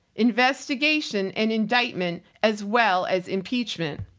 investigation and indictment as well as impeachment.